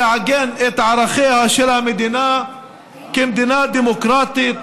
לעגן את ערכיה של המדינה כמדינה דמוקרטית,